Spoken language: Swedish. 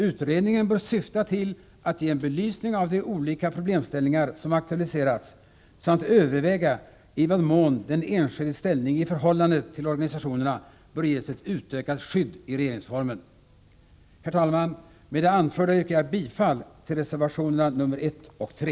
Utredningen bör syfta till att ge en belysning av de olika problemställningar som aktualiserats samt överväga i vad mån den enskildes ställning i förhållande till organisationerna bör ges ett utökat skydd i regeringsformen. Herr talman! Med det anförda yrkar jag bifall till reservationerna nr 1 och 3.